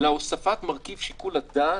אלא הוספת מרכיב שיקול הדעת,